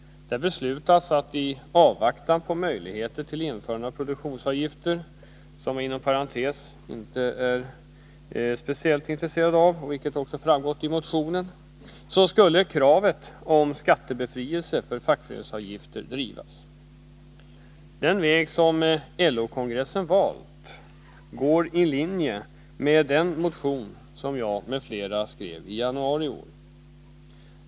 Där beslutades att i avvaktan på möjligheter till införande av produktionsavgifter — något som inom parentes sagt jag inte är speciellt intresserad av, vilket framgår av motionen — skulle kravet om skattebefrielse för fackföreningsavgifter drivas. Den väg som LO-kongressen valt går i linje med den motion som jag m.fl. skrev i januari i år.